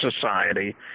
society